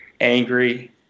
angry